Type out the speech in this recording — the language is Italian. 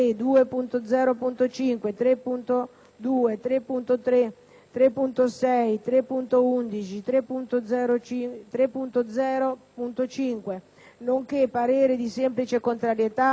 3.3, 3.6, 3.11, 3.0.5, nonché parere di semplice contrarietà sugli emendamenti 2.2,